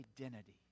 identity